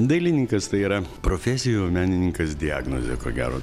dailininkas tai yra profesija o menininkas diagnozė ko gero